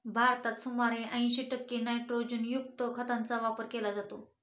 भारतात सुमारे ऐंशी टक्के नायट्रोजनयुक्त खतांचा वापर केला जातो